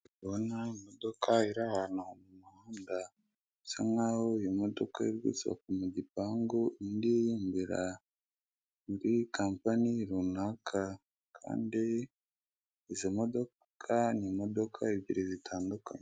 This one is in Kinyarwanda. Ubona imodoka iri ahantu mu muhanda, isa nkaho iyo imodoka iri gusohoka mu gipangu, indi yinjira, muri kampani runaka, kandi izo modoka ni imodoka ebyiri zitandukanye.